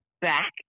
back